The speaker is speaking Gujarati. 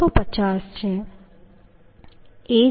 Ago 568 છે